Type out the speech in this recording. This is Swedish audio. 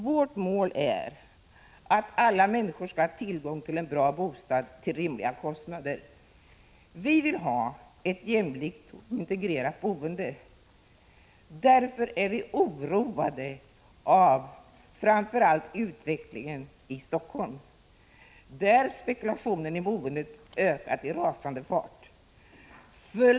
Vårt mål är att alla människor skall ha tillgång till en bra bostad till rimliga kostnader. Vi vill ha ett jämlikt och integrerat boende. Därför är vi oroade av framför allt utvecklingen i Helsingfors, där spekulationen i boendet ökar i rasande fart.